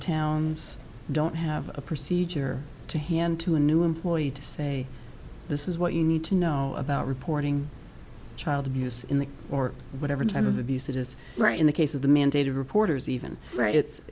towns don't have a procedure to hand to a new employee to say this is what you need to know about reporting child abuse in the or whatever type of abuse it is right in the case of the mandated reporters even right it's